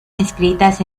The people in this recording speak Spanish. escritas